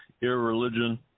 irreligion